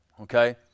Okay